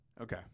okay